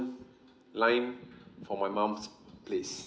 line for my mum's place